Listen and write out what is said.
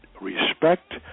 respect